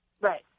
Right